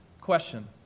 question